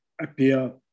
appear